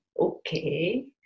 okay